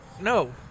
no